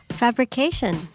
fabrication